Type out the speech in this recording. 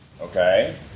okay